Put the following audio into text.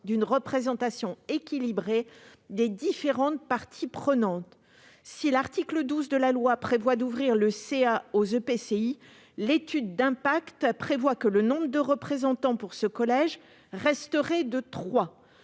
une représentation équilibrée des différentes parties prenantes. Si l'article 12 de la loi tend à ouvrir le conseil d'administration aux EPCI, l'étude d'impact prévoit que « le nombre de représentants pour ce collège resterait de trois